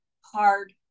hard